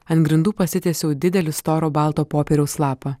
ant grindų pasitiesiau didelį storo balto popieriaus lapą